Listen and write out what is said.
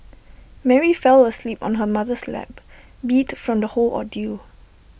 Mary fell asleep on her mother's lap beat from the whole ordeal